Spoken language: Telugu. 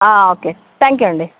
ఆ ఓకే థ్యాంక్ యూ అండి